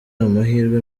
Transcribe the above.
amahirwe